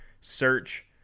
search